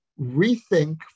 rethink